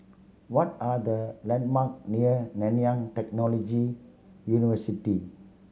what are the landmarks near Nanyang Technology University